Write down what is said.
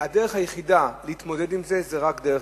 והדרך היחידה להתמודד עם זה היא בבית-משפט.